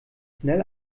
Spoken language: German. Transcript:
schnell